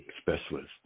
specialist